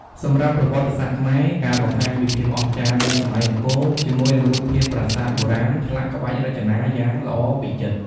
សម្រាប់ប្រវត្តិសាស្ត្រខ្មែរ ការបង្ហាញពីភាពអស្ចារ្យនៃសម័យអង្គរ ជាមួយនឹងរូបភាពប្រាសាទបុរាណឆ្លាក់ក្បាច់រចនាយ៉ាងល្អវិចិត្រ។